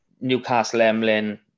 Newcastle-Emlyn